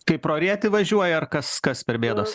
kaip pro rėtį važiuoja ar kas kas per bėdos